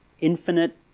Infinite